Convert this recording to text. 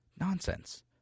Nonsense